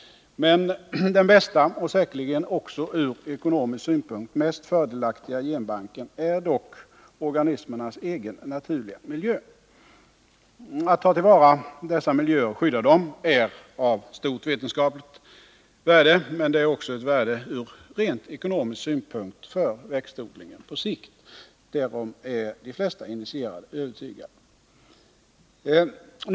Den bästa och säkerligen också ur ekonomisk synpunkt mest fördelaktiga genbanken är dock organismernas egen naturliga miljö. Att ta till vara dessa miljöer och skydda dem är av stort vetenskapligt värde, och det är också av ärde ur rent ekonomisk synpunkt för växtförädlingen på sikt — de flesta initierade är övertygade därom.